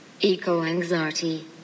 eco-anxiety